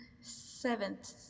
Seventh